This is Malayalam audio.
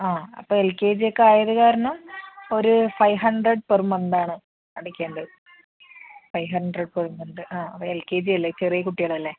ആ അപ്പം എൽ കെ ജിയൊക്കെ ആയത് കാരണം ഒര് ഫൈവ് ഹൻഡ്രെഡ് പെർ മന്താണ് അടയ്ക്കേണ്ടത് ഫൈവ് ഹൻഡ്രെഡ് പെർ മന്ത് ആ അപ്പം എൽ കെ ജിയല്ലേ ചെറിയ കുട്ടികളല്ലേ